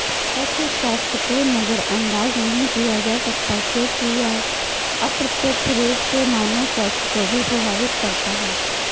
पशु स्वास्थ्य को नजरअंदाज नहीं किया जा सकता क्योंकि यह अप्रत्यक्ष रूप से मानव स्वास्थ्य को भी प्रभावित करता है